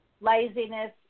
laziness